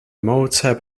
motor